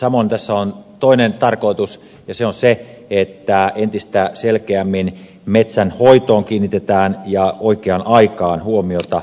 samoin tässä on toinen tarkoitus ja se on se että entistä selkeämmin metsänhoitoon ja oikeaan aikaan kiinnitetään huomiota